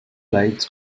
lights